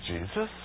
Jesus